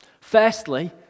Firstly